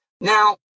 Now